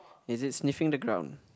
is it sniffing the ground